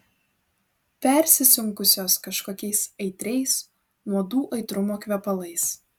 persisunkusios kažkokiais aitriais nuodų aitrumo kvepalais